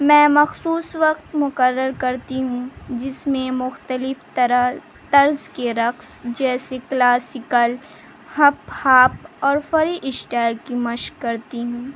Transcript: میں مخصوص وقت مقرر کرتی ہوں جس میں مختلف طرح طرز کے رقص جیسے کلاسیکل ہپ ہاپ اور فری اسٹائل کی مشق کرتی ہوں